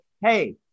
hey